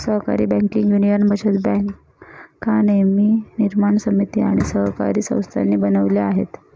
सहकारी banking union बचत बँका निर्माण समिती आणि सहकारी संस्थांनी बनवल्या आहेत